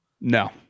no